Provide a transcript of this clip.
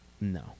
No